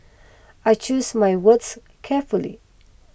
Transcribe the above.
I choose my words carefully